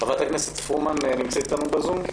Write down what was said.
חברת הכנסת פרומן נמצאת איתנו בזום.